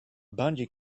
bungee